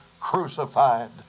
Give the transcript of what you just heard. crucified